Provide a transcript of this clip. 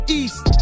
east